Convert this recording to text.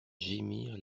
gémir